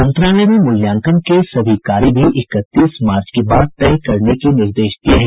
मंत्रालय ने मूल्याकन के सभी कार्य भी इकतीस मार्च के बाद तय करने के निर्देश दिए हैं